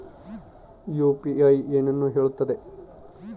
UPI ಏನನ್ನು ಹೇಳುತ್ತದೆ?